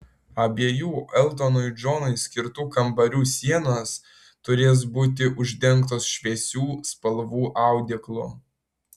abiejų eltonui džonui skirtų kambarių sienos turės būti uždengtos šviesių spalvų audeklu